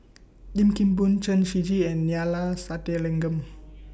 Lim Kim Boon Chen Shiji and Neila Sathyalingam